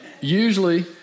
usually